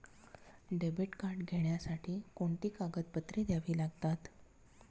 Debit card घेण्यासाठी कोणती कागदपत्रे द्यावी लागतात?